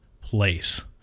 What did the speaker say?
place